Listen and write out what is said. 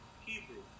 Hebrew